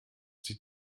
sie